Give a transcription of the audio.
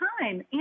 time